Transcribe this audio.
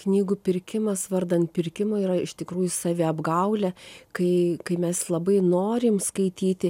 knygų pirkimas vardan pirkimo yra iš tikrųjų saviapgaulė kai kai mes labai norim skaityti